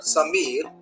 Samir